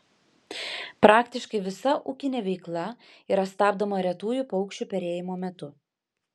praktiškai visa ūkinė veikla yra stabdoma retųjų paukščių perėjimo metu